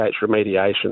remediation